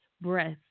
breath